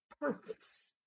purpose